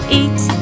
eat